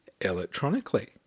electronically